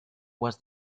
was